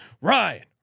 Ryan